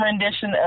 rendition